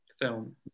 film